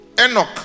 Enoch